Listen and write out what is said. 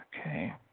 Okay